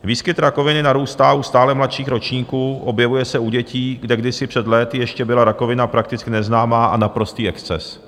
Výskyt rakoviny narůstá u stále mladších ročníků, objevuje se u dětí, kde kdysi před lety ještě byla rakovina prakticky neznámá a naprostý exces.